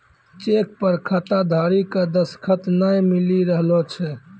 cheque पर खाताधारी के दसखत नाय मिली रहलो छै